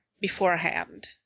beforehand